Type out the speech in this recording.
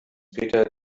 peter